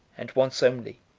and once only,